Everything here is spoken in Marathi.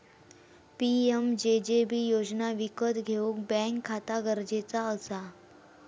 पी.एम.जे.जे.बि योजना विकत घेऊक बॅन्क खाता गरजेचा असा